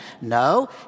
No